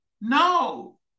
No